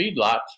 feedlots